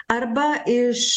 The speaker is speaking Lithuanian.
arba iš